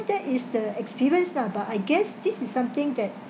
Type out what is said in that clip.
that is the experience lah but I guess this is something that